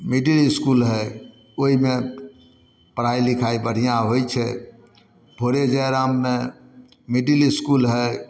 middle school हइ ओइमे पढ़ाइ लिखाइ बढ़िआँ होइ छै भोरे जयराममे मिडिल इसकूल हइ